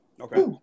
Okay